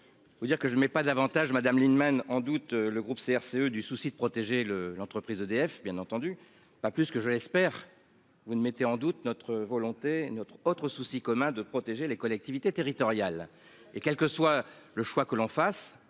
je ne mets pas davantage Madame Lienemann en doute le groupe CRCE du souci de protéger le l'entreprise d'EDF. Bien entendu, pas plus que je l'espère. Vous ne mettait en doute notre volonté, notre autre souci commun de protéger les collectivités territoriales et quel que soit le choix que l'on fasse